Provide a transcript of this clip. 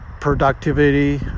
productivity